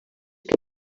que